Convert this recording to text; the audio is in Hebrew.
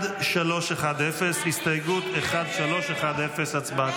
כעת, הסתייגות 1310. הצבעה